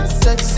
sex